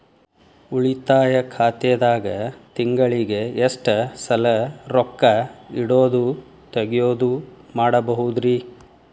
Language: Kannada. ಉಳಿತಾಯ ಖಾತೆದಾಗ ತಿಂಗಳಿಗೆ ಎಷ್ಟ ಸಲ ರೊಕ್ಕ ಇಡೋದು, ತಗ್ಯೊದು ಮಾಡಬಹುದ್ರಿ?